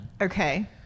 Okay